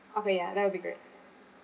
okay ya that will be great